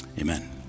Amen